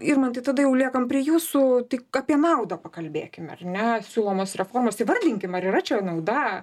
irmantai tada jau liekam prie jūsų tik apie naudą pakalbėkim ar ne siūlomas reformas įvardinkim ar yra čia nauda